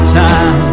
time